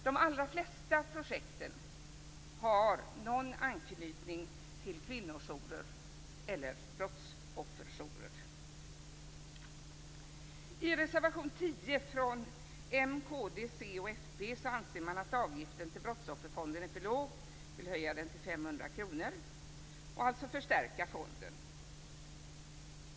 De allra flesta projekten har någon anknytning till kvinnojourer eller brottsofferjourer. I reservation 10 från m, kd, c och fp anser man att avgiften till Brottsofferfonden är för låg. Man vill höja den till 500 kr och alltså förstärka fonden.